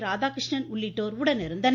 ராதாகிருஷ்ணன் உள்ளிட்டோர் உடனிருந்தனர்